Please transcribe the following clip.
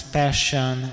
passion